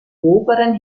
oberen